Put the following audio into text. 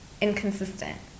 inconsistent